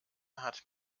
hat